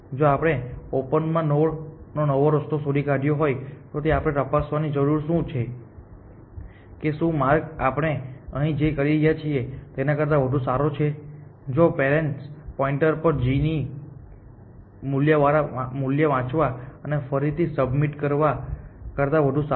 જો આપણે ઓપન માં નોડ નો નવો રસ્તો શોધી કાઢ્યો હોય તો આપણે તપાસવાની જરૂર છે કે શું આ માર્ગ આપણે અહીં જે કરી રહ્યા છીએ તેના કરતા વધુ સારો છે જો તે પેરેન્ટ્સ પોઇન્ટર પર હોય g મૂલ્ય વાંચવા અને ફરીથી સબમિટ કરવા કરતાં વધુ સારું